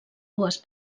dues